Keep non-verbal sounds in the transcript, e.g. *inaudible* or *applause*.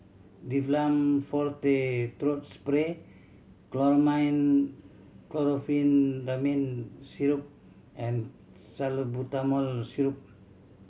Difflam *unintelligible* Throat Spray Chlormine Chlorpheniramine Syrup and Salbutamol Syrup